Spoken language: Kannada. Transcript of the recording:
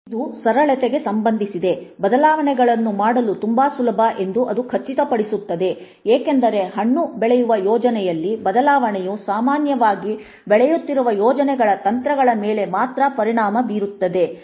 ಇದು ಸರಳತೆಗೆ ಸಂಬಂಧಿಸಿದೆ ಬದಲಾವಣೆಗಳನ್ನು ಮಾಡಲು ತುಂಬಾ ಸುಲಭ ಎಂದು ಅದು ಖಚಿತಪಡಿಸುತ್ತದೆ ಏಕೆಂದರೆ ಹಣ್ಣು ಬೆಳೆಯುವ ಯೋಜನೆಯಲ್ಲಿ ಬದಲಾವಣೆಯು ಸಾಮಾನ್ಯವಾಗಿ ಬೆಳೆಯುತ್ತಿರುವ ಯೋಜನೆಗಳ ತಂತ್ರಗಳ ಮೇಲೆ ಮಾತ್ರ ಪರಿಣಾಮ ಬೀರುತ್ತದೆ